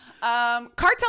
Cartel